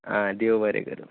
आं देव बरें करू